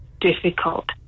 difficult